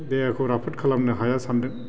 देहाखौ राफोद खालामनो हाया सानदों